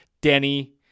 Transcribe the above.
Denny